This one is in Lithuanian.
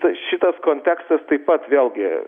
tai šitas kontekstas taip pat vėlgi